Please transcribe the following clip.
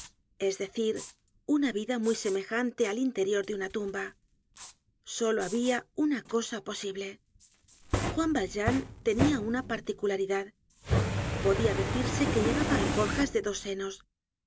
es decir una vida muy semejante al interior de una tumba content from google book search generated at solo habia una cosa posible juan valjean tenia una particularidad podia decirse que llevaba alforjas de dos senos